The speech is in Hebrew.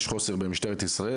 יש במשטרת ישראל חוסר,